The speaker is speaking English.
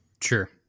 Sure